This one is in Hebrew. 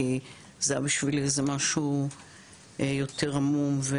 כי זה היה בשבילי איזה משהו יותר עמום.